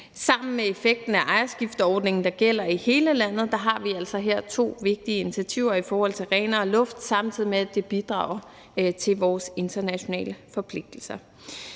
Sammen med effekten af ejerskifteordningen, der gælder i hele landet, har vi altså her to vigtige initiativer til at få renere luft, samtidig med at det bidrager til vores internationale forpligtelser.